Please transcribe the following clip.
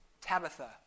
Tabitha